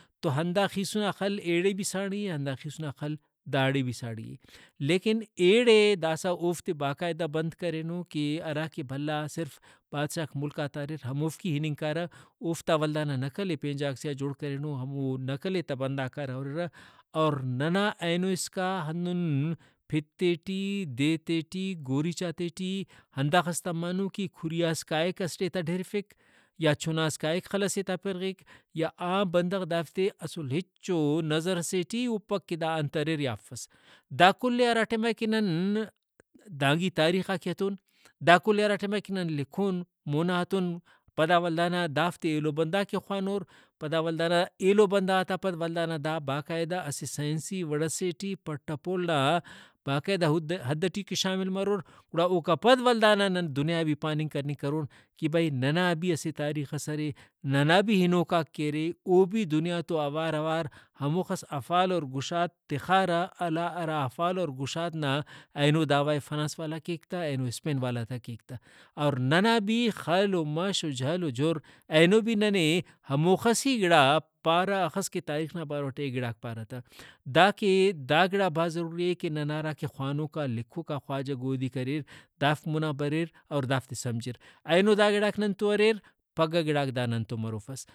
تو ہندا خیسُنا خل ایڑے بھی ساڑی اے ہندا خیسنا خل داڑے بھی ساڑی اے لیکن ایڑے داسہ اوفتے باقاعدہ بند کرینو کہ ہراکہ بھلا صرف بادشاہک ملکاتا اریر ہموفک ہی اِننگ کارہ اوفتا ولدانا نقل ئے پین جاگہ سے آ جوڑ کرینو ہمو نقل ئے تہ بندغاک کارہ ہُررہ اور ننا اینو اسکا ہندن پر تے ٹی دے تے ٹی گوریچاتے ٹی ہنداخس تمانو کہ کھریئاس کائک اسٹ ئے تا ڈھیرفک یا چُھناس کائک خل سے تا پرغک یا عام بندغ دافتے اسل ہچو نظر سے ٹی ہُرپک کہ دا انت اریر یا افس۔ دا کل ئے ہرا ٹائما کہ نن دانگی تاریخا کہ ہتون دا کل ئے ہرا ٹائما کہ نن لکھون مونا ہتون پدا ولدانا دافتے ایلو بندغاک کہ خوانور پدا ولدانا ایلو بندغاتان پد ولدانا دا باقاعدہ اسہ سائنسی وڑ سے ٹی پٹ پول نا باقاعدہ حد ٹی کہ شامل مرور گڑا اوکا پد ولدا نا نن دنیائے بھی پاننگ کننگ کرون کہ بھئی ننا بھی اسہ تاریخس ارے ننا بھی ہنوکاک کہ ارے او بھی دنیا تو اوار اوار ہموخس افال اور گشاد تخارہ ہرا افال اور گشاد نا اینو دعویٰ کیک تہ اینو اسپین والا تا کیک تہ اور ننا بھی خل ؤ مش ؤ جھل ؤ جھر اینو بھی ننے ہموخس ہی گڑا پارہ ہخس کہ تاریخ نا باروٹی گڑاک پارہ تہ داکہ داگڑا بھاز ضروری اے کہ ننا ہراکہ خوانوکا لکھوکا خواجہ گودیک اریر دافک مونا بریر اور دافتے سمجھر اینو دا گڑاک نن تو اریر پھگہ گڑاک دا ننتو مروفس